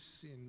sin